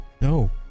No